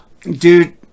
Dude